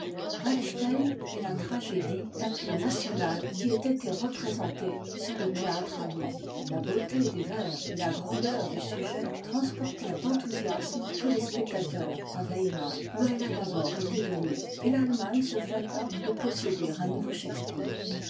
wàlstein est la tragédie la plus nationale qui ait été représentée sur le théâtre allemand la beauté des vers et la grandeur du sujet transportèrent d'enthousiasme tous tes spectateurs à weimar où elle a d'abord été donnée et l'allemagne se flatta de posséder un nouveau shakspeare